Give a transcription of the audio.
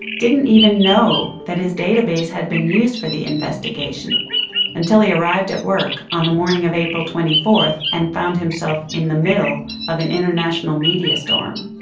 didn't even know that his database had been used for the investigation until he arrived at work on the morning of april twenty four and found himself in the middle of an international media storm.